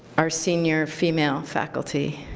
are senior female faculty.